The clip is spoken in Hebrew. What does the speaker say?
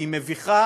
היא מביכה.